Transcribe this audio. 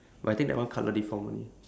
but I think that one colour deform only